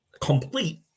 complete